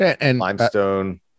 limestone